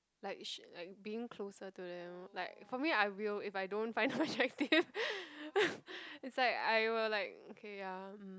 like she like being closer to them like for me I will if I don't find the objective it's like I will like okay ya mm